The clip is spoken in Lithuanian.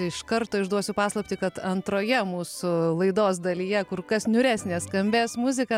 iš karto išduosiu paslaptį kad antroje mūsų laidos dalyje kur kas niūresnė skambės muzika